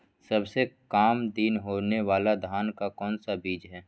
सबसे काम दिन होने वाला धान का कौन सा बीज हैँ?